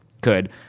could-